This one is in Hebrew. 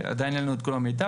עדיין אין לנו את כל המידע,